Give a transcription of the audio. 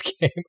game